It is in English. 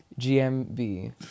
GMB